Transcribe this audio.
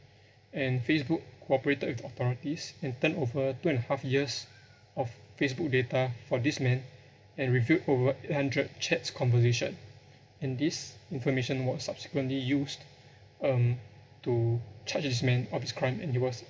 and facebook cooperated with authorities and turned over two and a half years of facebook data for this man and revealed over eight hundred chats conversation and this information was subsequently used um to charge this man of his crime and he was